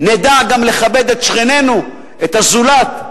נדע גם לכבד את שכנינו, את הזולת,